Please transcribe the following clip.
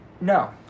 No